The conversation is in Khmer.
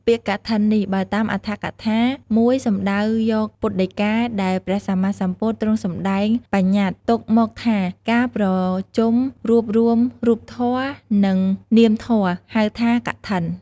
ពាក្យកឋិននេះ បើតាមអត្ថកថាមួយ សំដៅយកពុទ្ធដីកាដែលព្រះសម្មាសម្ពុទទ្រង់សម្តែងបញ្ញតិទុកមកថា ការប្រជុំរួបរួមរូបធម៏និងនាមធម៏ ហៅថា កឋិន។